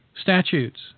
statutes